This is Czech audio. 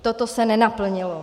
Toto se nenaplnilo.